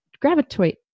gravitate